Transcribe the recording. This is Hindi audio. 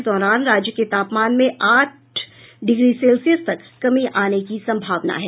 इस दौरान राज्य के तापमान में आठ डिग्री सेल्सियस तक कमी आने की संभावना है